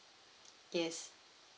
yes